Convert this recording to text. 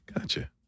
Gotcha